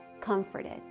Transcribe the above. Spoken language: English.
comforted